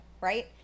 right